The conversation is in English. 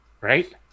Right